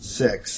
six